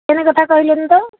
chain କଥା କହିଲେନି ତ